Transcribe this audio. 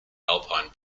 alpine